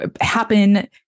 happen